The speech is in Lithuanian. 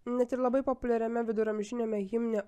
net ir labai populiariame viduramžiniame himne